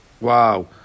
Wow